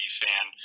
fan